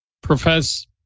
profess